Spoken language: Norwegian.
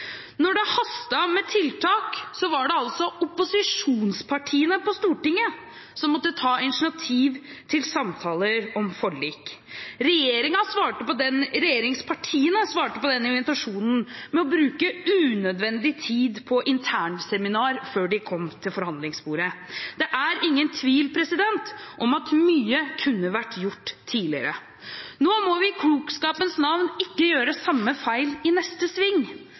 det hastet med tiltak, var det altså opposisjonspartiene på Stortinget som måtte ta initiativ til samtaler om forlik. Regjeringspartiene svarte på den invitasjonen med å bruke unødvendig tid på internseminar før de kom til forhandlingsbordet. Det er ingen tvil om at mye kunne vært gjort tidligere. Nå må vi i klokskapens navn ikke gjøre samme feil i neste sving.